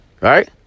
Right